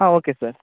ಹಾಂ okay sir